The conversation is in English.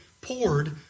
poured